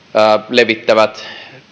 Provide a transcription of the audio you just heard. levittävät